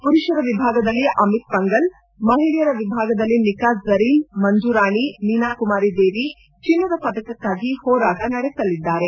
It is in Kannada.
ಪುರುಷರ ವಿಭಾಗದಲ್ಲಿ ಅಮಿತ್ ಪಂಗಲ್ ಮಹಿಳೆಯರ ವಿಭಾಗದಲ್ಲಿ ನಿಕಾತ್ ಜರೀನ್ ಮಂಜುರಾಣಿ ಮೀನಾಕುಮಾರಿ ದೇವಿ ಚಿನ್ನದ ಪದಕಕ್ಕಾಗಿ ಹೋರಾಟ ನಡೆಸಲಿದ್ದಾರೆ